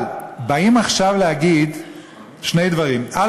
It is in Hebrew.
אבל באים עכשיו להגיד שני דברים: א.